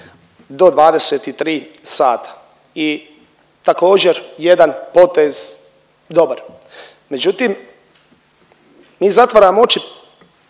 do 23 sata i također, jedan potez dobar. Međutim, mi zatvaramo oči